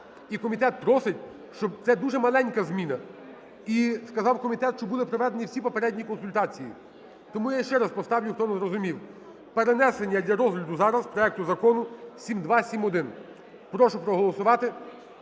І комітет просить, щоб… Це дуже маленька зміна, і сказав комітет, що були проведені всі попередні консультації. Тому я ще раз поставлю, хто не зрозумів. Перенесення для розгляду зараз проекту Закону 7271. Прошу проголосувати